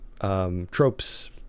tropes